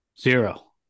Zero